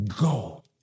go